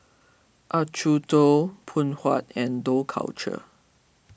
Acuto Phoon Huat and Dough Culture